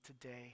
today